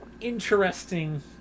Interesting